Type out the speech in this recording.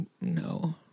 No